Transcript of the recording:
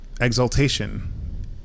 exaltation